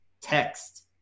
text